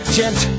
gent